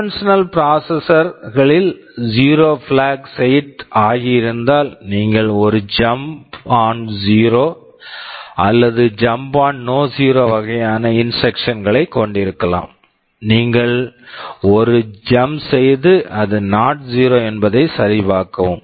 conventional conventional processor processor களில் zero 0 zero flag flag set set ஆகியிருந்தால் நீங்கள் ஒரு ஜம்ப் ஆன் ஜீரோ JZ அல்லது jump on no zero JNZ வகையான instruction instructions களைக் கொண்டிருக்கலாம் நீங்கள் ஒரு ஜம்ப் jump செய்து அது நாட் ஜீரோ not 0 என்பதைச் சரிபார்க்கவும்